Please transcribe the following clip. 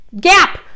Gap